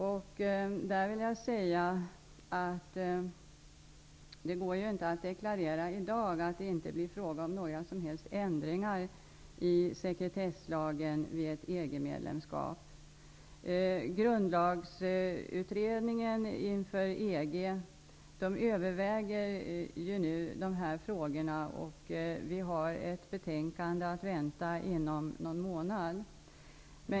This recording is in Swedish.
I det avseendet vill jag säga att det inte går att i dag deklarera att det inte blir fråga om några som helst ändringar i sekretesslagen vid ett EG-medlemskap. Grundlagsutredningen inför EG överväger dessa frågor, och ett betänkande är att vänta inom någon månad.